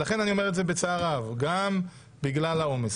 ולכן אני אומר את זה בצער רב: גם בגלל העומס,